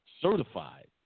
certified